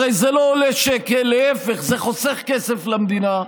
הרי זה לא עולה שקל, להפך, זה חוסך כסף למדינה.